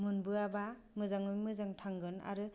मोनबोआबा मोजाङै मोजां थांगोन आरो